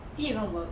did it even work